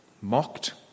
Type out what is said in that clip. mocked